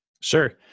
Sure